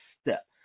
step